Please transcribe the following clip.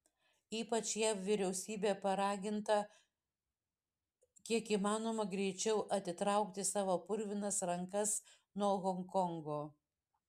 ypač jav vyriausybė paraginta kiek įmanoma greičiau atitraukti savo purvinas rankas nuo honkongo